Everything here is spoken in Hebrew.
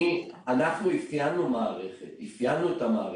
אנחנו אפיינו מערכת, אפיינו את המערכת.